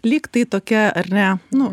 lyg tai tokia ar ne nu